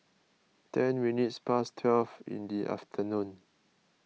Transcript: ten minutes past twelve in the afternoon